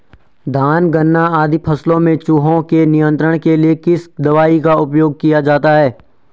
धान गन्ना आदि फसलों में चूहों के नियंत्रण के लिए किस दवाई का उपयोग किया जाता है?